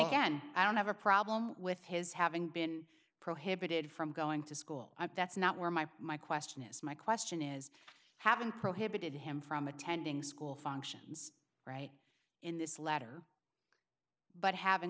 again i don't have a problem with his having been prohibited from going to school that's not where my my question is my question is having prohibited him from attending school functions right in this letter but having